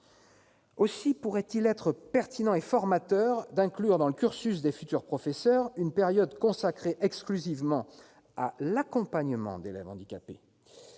Aussi pourrait-il être pertinent et formateur d'inclure dans le cursus des futurs professeurs une période consacrée exclusivement à l'accompagnement d'élèves handicapés.